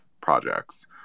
projects